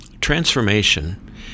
transformation